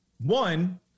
One